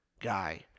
guy